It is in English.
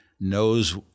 knows